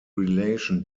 relation